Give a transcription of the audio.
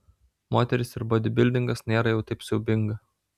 moterys ir bodybildingas nėra jau taip siaubinga